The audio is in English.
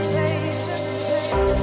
patience